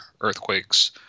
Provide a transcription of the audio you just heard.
earthquakes